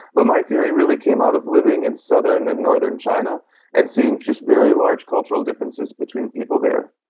but my theory really came out of living in southern and northern china and seeing just very large cultural differences between people there.